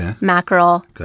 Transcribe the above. mackerel